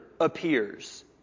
appears